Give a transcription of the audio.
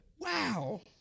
Wow